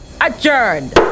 adjourned